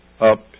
up